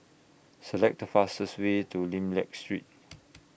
Select The fastest Way to Lim Liak Street